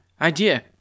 Idea